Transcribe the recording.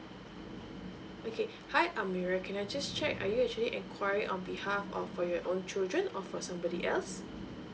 okay hi amirah can I just check are you actually enquiry on behalf of for your own children or for somebody else